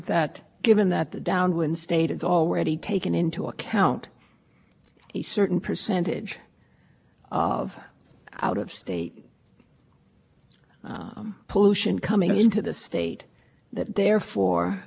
the upwind state as to maintenance could only be as to the amount that exceeded what the downed when state had already assumed in its planning right the problem with that